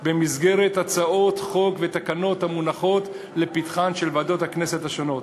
במסגרת הצעות חוק ותקנות המונחות לפתחן של ועדות הכנסת השונות.